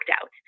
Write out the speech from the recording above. out